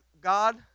God